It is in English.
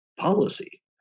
Policy